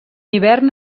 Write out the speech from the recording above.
hivern